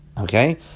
okay